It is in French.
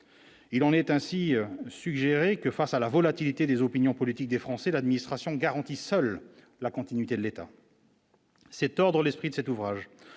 Il en est ainsi suggérer que face à la volatilité des opinions politiques des Français, l'administration, seule la continuité de l'État. Cet l'esprit de cet ouvrage